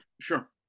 Sure